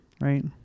right